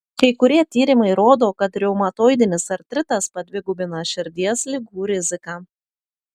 kai kurie tyrimai rodo kad reumatoidinis artritas padvigubina širdies ligų riziką